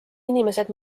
inimesed